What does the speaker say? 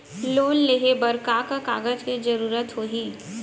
Loan लेहे बर का का कागज के जरूरत होही?